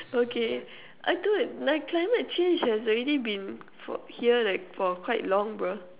okay I thought like climate change has already been here for quite long bruh